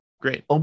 Great